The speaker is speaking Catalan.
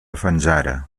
fanzara